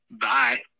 Bye